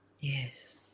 yes